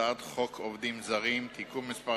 הצעת חוק עובדים זרים (תיקון מס'